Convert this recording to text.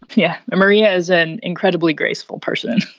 yeah. maria is an incredibly graceful person